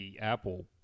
Apple